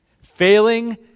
Failing